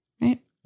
right